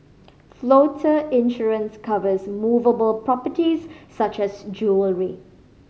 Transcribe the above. floater insurance covers movable properties such as jewellery